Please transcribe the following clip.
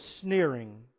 sneering